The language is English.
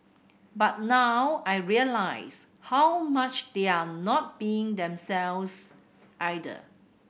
but now I realise how much they're not being themselves either